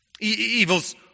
Evil's